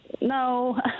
No